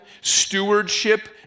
stewardship